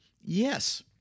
Yes